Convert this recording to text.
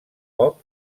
pop